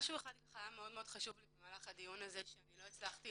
משהו אחד היה מאוד חשוב לי במהלך הדיון הזה שלא הצלחתי